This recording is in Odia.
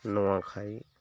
ନୂଆଖାଇ